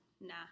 Nah